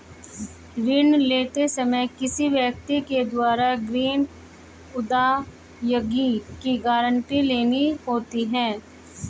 ऋण लेते समय किसी व्यक्ति के द्वारा ग्रीन अदायगी की गारंटी लेनी होती है